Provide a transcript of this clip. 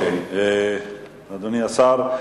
אדוני השר,